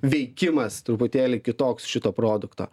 veikimas truputėlį kitoks šito produkto